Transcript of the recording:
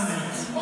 באמת.